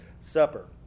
Supper